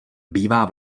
bývá